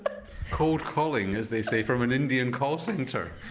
cold calling as they say from an indian call centre.